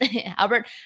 Albert